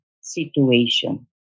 situation